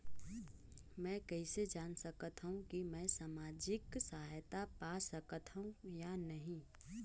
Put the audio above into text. मै कइसे जान सकथव कि मैं समाजिक सहायता पा सकथव या नहीं?